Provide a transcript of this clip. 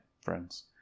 friends